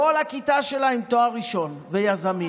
כל הכיתה שלה עם תואר ראשון ויזמים.